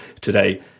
today